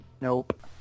Nope